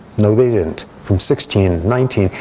no they didn't, from sixteen, nineteen,